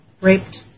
raped